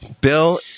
Bill